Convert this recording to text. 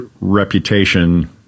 reputation